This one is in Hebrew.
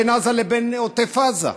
בין עזה לבין עוטף עזה,